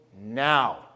now